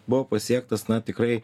buvo pasiektas na tikrai